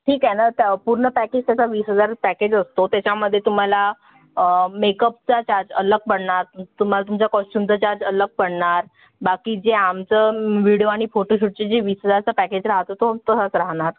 ठीक आहे ना त्या पूर्ण पॅकेज तसा वीस हजार पॅकेज असतो त्याच्यामध्ये तुम्हाला मेकअपचा चार्ज अलग पडणार तुम्हाला तुमचा कॉस्च्युमचा चार्ज अलग पडणार बाकी जे आमचं व्हिडिओ आणि फोटोशूटचे जे वीस हजारचा पॅकेज राहतो तो तसाच राहणार